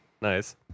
Nice